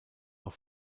auch